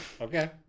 Okay